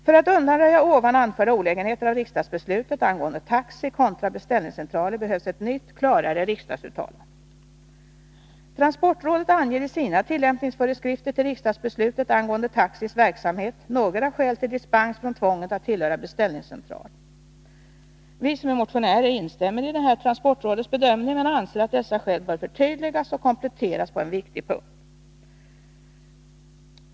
För att undanröja dessa olägenheter av riksdagsbeslutet angående taxi kontra beställningscentraler behövs ett nytt, klarare riksdagsuttalande. Transportrådet anger i sina tillämpningsföreskrifter till riksdagsbeslutet angående taxis verksamhet några skäl till dispens från tvånget att tillhöra beställningscentral. Vi motionärer instämmer i denna transportrådets bedömning men anser att dessa skäl bör förtydligas och kompletteras på en viktig punkt.